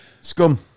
Scum